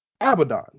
Abaddon